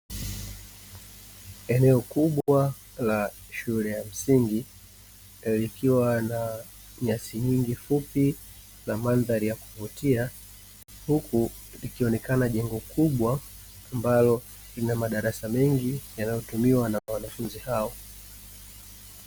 Eneo kubwa la shule ya msingi likiwa na nyasi nyingi fupi na mandhari ya kuvutia. Huku likionekana jengo kubwa ambalo lina madarasa mengi yanayotumiwa na wanafunzi hao.